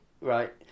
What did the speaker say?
right